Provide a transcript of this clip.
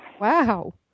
Wow